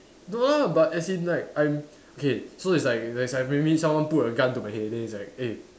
no no but as in like I'm okay so it's like it's like maybe someone put a gun to my head then it's like eh